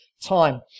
time